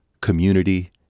community